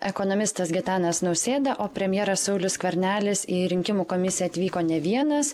ekonomistas gitanas nausėda o premjeras saulius skvernelis į rinkimų komisiją atvyko ne vienas